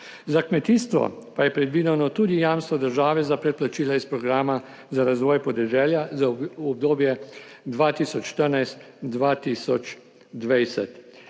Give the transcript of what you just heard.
Za kmetijstvo pa je predvideno tudi jamstvo države za predplačila iz programa za razvoj podeželja za obdobje 2014–2020.